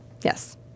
Yes